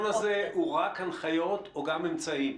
רק הנחיות או גם אמצעים?